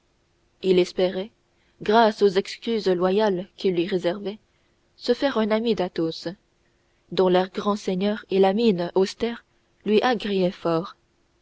il espérait grâce aux excuses loyales qu'il lui réservait se faire un ami d'athos dont l'air grand seigneur et la mine austère lui agréaient fort